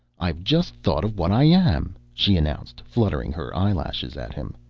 i've just thought of what i am, she announced, fluttering her eyelashes at him.